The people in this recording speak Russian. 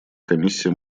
комиссия